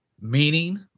meaning